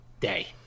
day